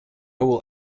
will